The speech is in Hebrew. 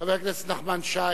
חבר הכנסת נחמן שי.